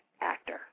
actor